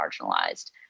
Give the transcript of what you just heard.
marginalized